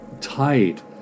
tight